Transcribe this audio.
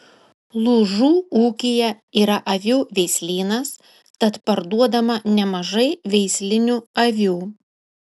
lūžų ūkyje yra avių veislynas tad parduodama nemažai veislinių avių